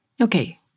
Okay